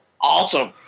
awesome